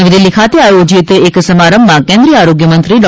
નવી દિલ્હી ખાતે આયોજીત એક સમારંભમાં કેન્દ્રીય આરોગ્યમંત્રી ડૉ